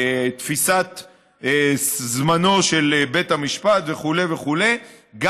תפיסת זמנו של בית המשפט וכו' וכו' גם